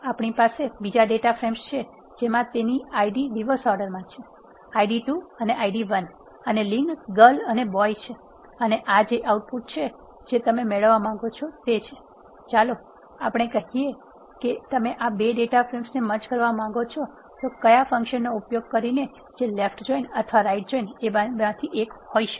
આપણી પાસે બીજો ડેટા ફ્રેમ છે જેમાં તેની Id રિવર્સ ઓર્ડરમાં છે Id2 Id1 અને લિંગ ગર્લ અને બોય છે અને આ છે આઉટપુટ જે તમે મેળવવા માંગો છો ચાલો આપણે કહીએ કે તમે આ 2 ડેટા ફ્રેમ્સને મર્જ કરવા માંગો છો કેટલાક ફંક્શનનો ઉપયોગ કરીને જે લેફ્ટ જોઈન અથવા રાઈટ જોઈન હોઈ શકે